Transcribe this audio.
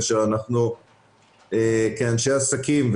אנחנו כאנשי עסקים,